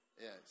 Yes